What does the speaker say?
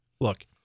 look